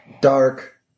dark